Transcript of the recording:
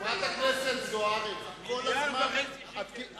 חברת הכנסת זוארץ, את כל הזמן חוזרת.